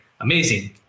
amazing